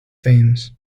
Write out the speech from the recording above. themes